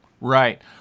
Right